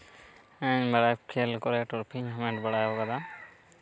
ᱦᱮᱸ ᱢᱤᱨᱟᱠᱷ ᱠᱷᱮᱞ ᱠᱚᱨᱮᱫ ᱴᱨᱚᱯᱷᱤᱧ ᱦᱟᱢᱮᱴ ᱵᱟᱲᱟᱣᱠᱟᱫᱟ